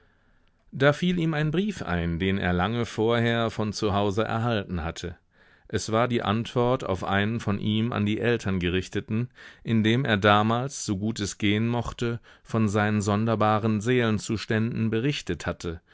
da fiel ihm ein brief ein den er lange vorher von zu hause erhalten hatte es war die antwort auf einen von ihm an die eltern gerichteten in dem er damals so gut es gehen mochte von seinen sonderbaren seelenzuständen berichtet hatte